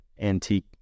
antique